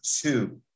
two